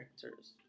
characters